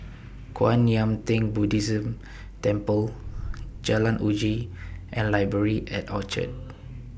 Kwan Yam Theng Buddhist Temple Jalan Uji and Library At Orchard